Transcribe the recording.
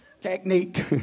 technique